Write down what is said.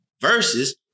versus